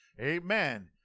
Amen